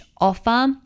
offer